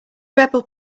rebel